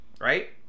Right